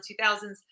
2000s